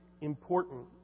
important